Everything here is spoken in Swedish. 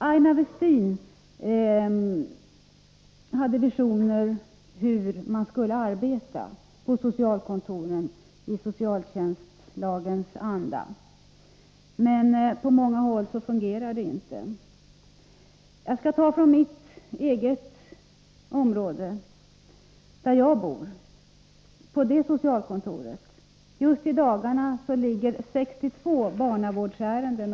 Aina Westin hade visioner om hur man skulle kunna arbeta på socialkontoren i socialtjänstlagens anda, men på många håll fungerar det inte. Låt mig beskriva hur man har det på socialkontoret i min kommun. Där har man just i dagarna 62 obehandlade barnavårdsärenden.